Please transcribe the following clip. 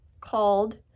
called